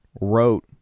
Wrote